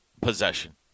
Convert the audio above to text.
possession